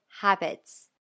habits